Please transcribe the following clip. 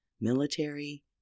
military